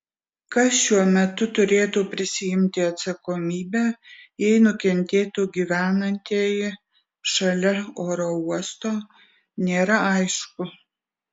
kas šiuo metu turėtų prisiimti atsakomybę jei nukentėtų gyvenantieji šalia oro uosto nėra aišku